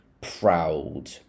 proud